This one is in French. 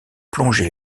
plonger